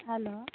hello